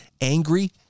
angry